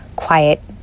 quiet